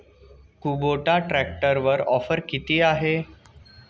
Kubota ट्रॅक्टरवर offer किती आहे?